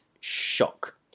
shock